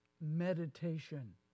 meditation